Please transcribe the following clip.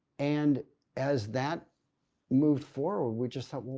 and as that moved forward, we just thought,